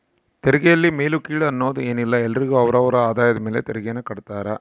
ತೆರಿಗೆಯಲ್ಲಿ ಮೇಲು ಕೀಳು ಅನ್ನೋದ್ ಏನಿಲ್ಲ ಎಲ್ಲರಿಗು ಅವರ ಅವರ ಆದಾಯದ ಮೇಲೆ ತೆರಿಗೆಯನ್ನ ಕಡ್ತಾರ